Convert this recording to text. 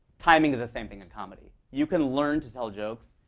timing is the same thing as comedy. you can learn to tell jokes,